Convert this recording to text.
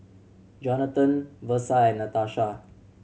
Johnathan Versa and Natasha